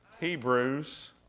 Hebrews